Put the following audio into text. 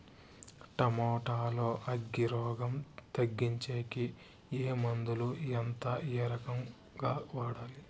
Tomato లో అగ్గి రోగం తగ్గించేకి ఏ మందులు? ఎంత? ఏ రకంగా వాడాలి?